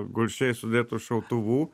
gulsčiai sudėtų šautuvų